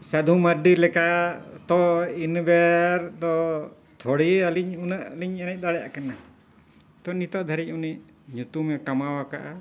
ᱥᱟᱫᱷᱩ ᱢᱟᱨᱰᱤ ᱞᱮᱠᱟ ᱛᱚ ᱤᱱᱟᱹᱵᱮᱨ ᱫᱚ ᱛᱷᱚᱲᱤ ᱟᱹᱞᱤᱧ ᱩᱱᱟᱹᱜ ᱞᱤᱧ ᱮᱱᱮᱡ ᱫᱟᱲᱮᱭᱟᱜ ᱠᱟᱱᱟ ᱛᱚ ᱱᱤᱛᱳᱜ ᱫᱷᱟᱹᱨᱤᱡ ᱩᱱᱤ ᱧᱩᱛᱩᱢᱮ ᱠᱟᱢᱟᱣ ᱟᱠᱟᱜᱼᱟ